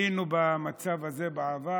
היינו במצב הזה בעבר,